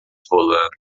rolando